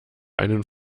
einen